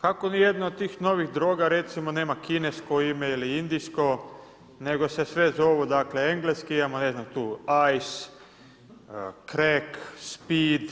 Kako ni jedna od tih novih droga recimo nema kinesko ime ili indijsko, nego se sve zovu dakle engleski, imamo ne znam tu ice, crack, speed,